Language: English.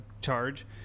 charge